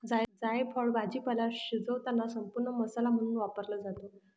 जायफळ भाजीपाला शिजवताना संपूर्ण मसाला म्हणून वापरला जातो